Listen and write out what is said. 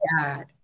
God